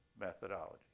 methodology